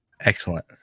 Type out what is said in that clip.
excellent